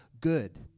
good